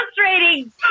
frustrating